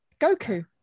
Goku